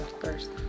first